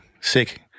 Sick